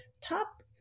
top